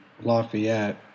Lafayette